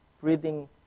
breathing